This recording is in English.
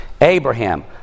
Abraham